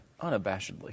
unabashedly